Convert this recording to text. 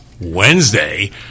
Wednesday